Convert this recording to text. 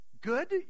good